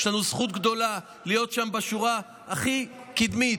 יש לנו זכות גדולה להיות שם בשורה הכי קדמית.